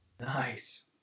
Nice